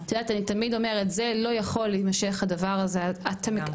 אני תמיד אומרת, הדבר הזה לא יכול להימשך.